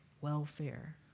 welfare